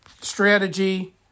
strategy